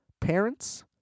parents